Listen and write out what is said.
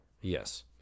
Yes